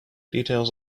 details